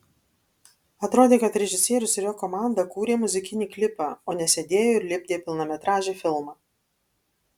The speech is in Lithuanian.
atrodė kad režisierius ir jo komanda kūrė muzikinį klipą o ne sėdėjo ir lipdė pilnametražį filmą